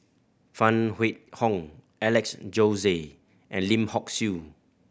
Phan Wait Hong Alex Josey and Lim Hock Siew